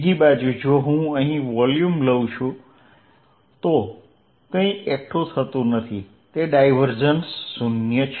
બીજી બાજુ જો હું અહીં વોલ્યુમ લઉં છું તો કંઇ એકઠું થતું નથી તો ડાયવર્જન્સ 0 છે